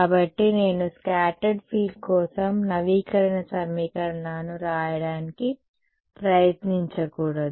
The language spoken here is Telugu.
కాబట్టి నేను స్కాటర్డ్ ఫీల్డ్ కోసం నవీకరణ సమీకరణాలను వ్రాయడానికి ప్రయత్నించకూడదు